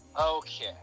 Okay